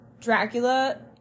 Dracula